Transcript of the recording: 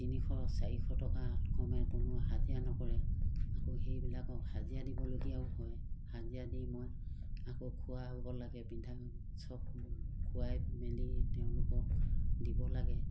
তিনিশ চাৰিশ টকা আঠ কমে কোনো হাজিৰা নকৰে আকৌ সেইবিলাকক হাজিৰা দিবলগীয়াও হয় হাজিৰা দি মই আকৌ খোৱা হ'ব লাগে পিন্ধা চব খোৱাই মেলি তেওঁলোকক দিব লাগে